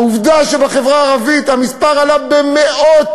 העובדה שבחברה הערבית המספר עלה במאות